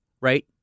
right